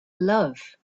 love